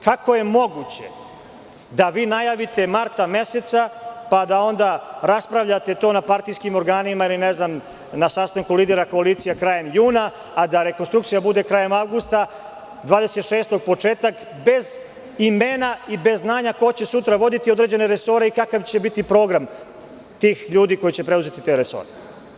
Kako je moguće da vi najavite marta meseca, pa da onda raspravljate to na partijskim organima ili ne znam na sastanku lidera koalicija krajem juna, a da rekonstrukcija bude krajem avgusta, 26. početak, bez imena i bez znanja ko će sutra voditi određene resore i kakav će biti program tih ljudi koji će preuzeti te resore?